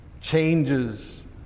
changes